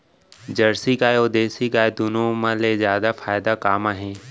Jersey गाय अऊ देसी गाय दूनो मा ले जादा फायदा का मा हे?